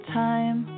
time